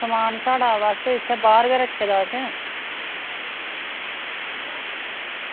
समान साढ़ा बस इत्थें बाह्र गै रक्खे दा असें